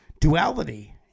Duality